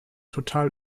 total